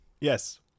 Yes